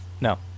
No